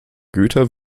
güter